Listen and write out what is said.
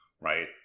right